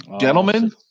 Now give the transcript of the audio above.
Gentlemen